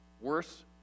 Worse